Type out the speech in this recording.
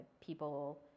people